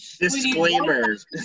Disclaimers